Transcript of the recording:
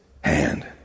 hand